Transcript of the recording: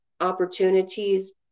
opportunities